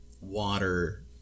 water